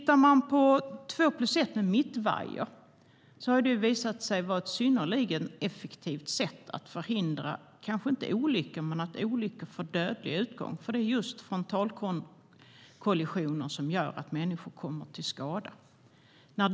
Två-plus-ett-vägar med mittvajer har visat sig vara ett synnerligen effektivt sätt att förhindra kanske inte olyckor men att olyckor får dödlig utgång, för det är just frontalkollisioner som gör att människor kommer till skada.